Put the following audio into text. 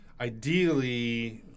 ideally